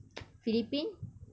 philippines